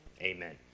Amen